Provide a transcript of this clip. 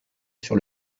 sur